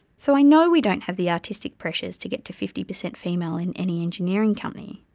so, i know we don't have the artistic pressures to get to fifty percent female in any engineering company,